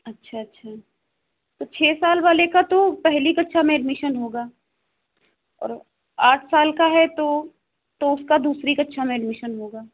अच्छा अच्छा तो छः साल वाले का तो पहली कक्षा में एडमिशन होगा और आठ साल का है तो तो उसका दूसरी कक्षा में एडमीशन होगा